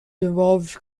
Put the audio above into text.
involved